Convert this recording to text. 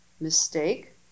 mistake